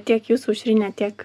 tiek jūs aušrine tiek